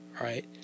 right